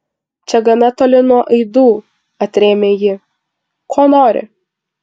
čia gana toli nuo aidų atrėmė ji ko nori